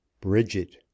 Bridget